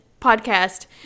podcast